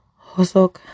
Hosok